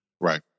Right